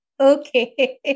Okay